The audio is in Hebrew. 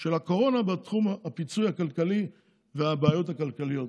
של הקורונה בתחום הפיצוי הכלכלי והבעיות הכלכליות.